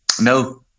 No